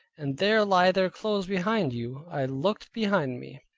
and there lie their clothes behind you i looked behind me,